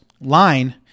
line